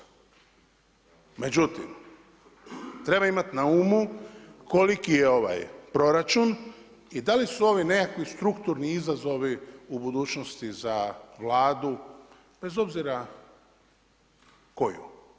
Međutim, treba imati na umu koliki je ovaj proračun i da li su ovi nekakvi strukturni izazovi u budućnosti za Vladu bez obzira koju.